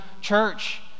church